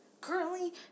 Currently